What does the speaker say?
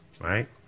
right